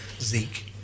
Zeke